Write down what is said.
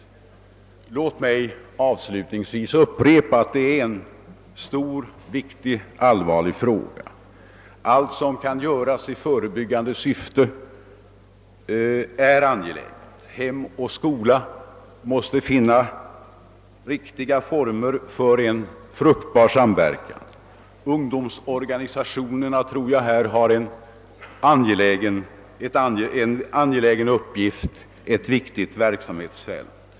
Låt mig än en gång understryka att detta är en stor, viktig, allvarlig fråga. Allt som kan göras i förebyggande syfte är angeläget. Hem och skola måste finna riktiga former för en fruktbar samverkan, ungdomsorganisationerna har här en angelägen uppgift, ett viktigt verksamhetsfält.